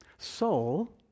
Soul